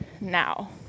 now